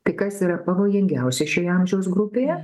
tai kas yra pavojingiausia šioje amžiaus grupėje